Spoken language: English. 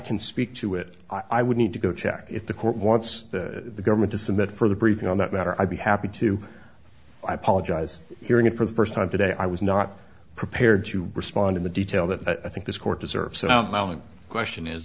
can speak to it i would need to go check if the court wants the government to submit for the briefing on that matter i'd be happy to i apologize hearing it for the first time today i was not prepared to respond in the detail that i think this court deserves so my only question is